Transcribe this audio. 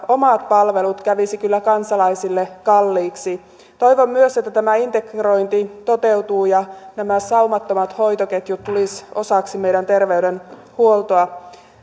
omat palvelut kävisi kyllä kansalaisille kalliiksi toivon myös että tämä integrointi toteutuu ja nämä saumattomat hoitoketjut tulisivat osaksi meidän terveydenhuoltoamme